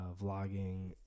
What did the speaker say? vlogging